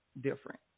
different